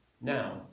Now